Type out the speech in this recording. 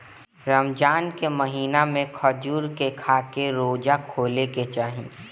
रमजान के महिना में खजूर के खाके रोज़ा खोले के चाही